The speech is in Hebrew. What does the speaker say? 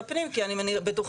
מנדט.